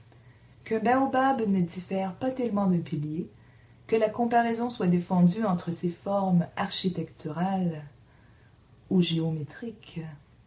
qu'un baobab ne diffère pas tellement d'un pilier que la comparaison soit défendue entre ces formes architecturales ou géométriques